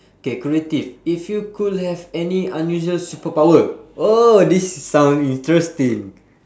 K creative if you could have any unusual superpower oh this sound interesting